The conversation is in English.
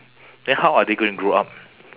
then how are they going to grow up